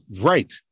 Right